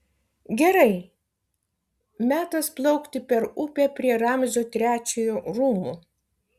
gerai metas plaukti per upę prie ramzio trečiojo rūmų